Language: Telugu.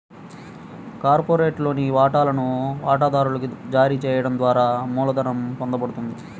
కార్పొరేషన్లోని వాటాలను వాటాదారునికి జారీ చేయడం ద్వారా మూలధనం పొందబడుతుంది